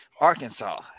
Arkansas